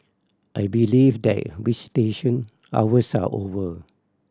I believe that visitation hours are over